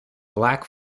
black